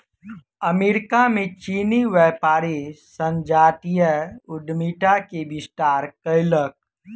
America में चीनी व्यापारी संजातीय उद्यमिता के विस्तार कयलक